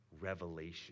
revelation